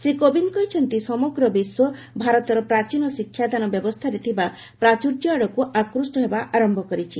ଶ୍ରୀ କୋବିନ୍ଦ କହିଛନ୍ତି ସମଗ୍ର ବିଶ୍ୱ ଭାରତର ପ୍ରାଚୀନ ଶିକ୍ଷାଦାନ ବ୍ୟବସ୍ଥାର ଥିବା ପ୍ରାଚୁର୍ଯ୍ୟ ଆଡକୁ ଆକୃଷ୍ଟ ହେବା ଆରମ୍ଭ କରିଛି